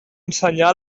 ensenyar